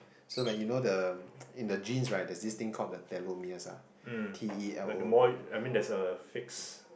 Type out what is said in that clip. mm but the more you I mean there's a fixed